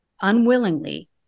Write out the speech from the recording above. unwillingly